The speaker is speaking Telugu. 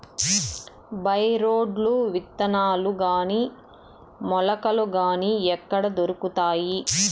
బై రోడ్లు విత్తనాలు గాని మొలకలు గాని ఎక్కడ దొరుకుతాయి?